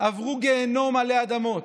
עברו גיהינום עלי אדמות,